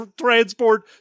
transport